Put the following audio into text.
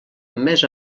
més